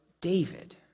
David